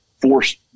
forced